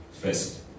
first